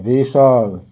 रेशाद